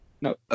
No